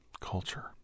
culture